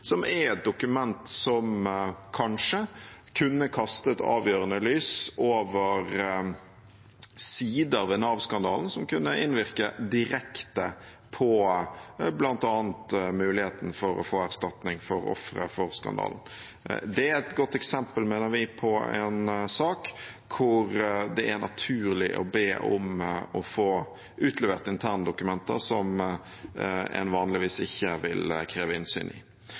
er et dokument som kanskje kunne ha kastet avgjørende lys over sider ved Nav-skandalen som kunne innvirke direkte på bl.a. muligheten for å få erstatning for ofre for skandalen. Det er et godt eksempel, mener vi, på en sak hvor det er naturlig å be om å få utlevert interne dokumenter som en vanligvis ikke ville kreve innsyn i.